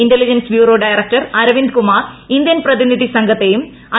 intelligence bureau director Aravind Kumar Indian പ്രതിനിധി സംഘത്തെയ്തും I